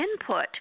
input